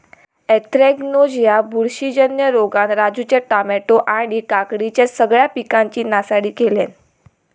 anthracnose ह्या बुरशीजन्य रोगान राजूच्या टामॅटो आणि काकडीच्या सगळ्या पिकांची नासाडी केल्यानं